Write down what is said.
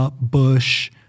Bush